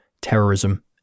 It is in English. terrorism